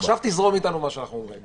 עכשיו תזרום איתנו מה שאנחנו אומרים.